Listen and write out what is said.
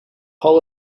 hull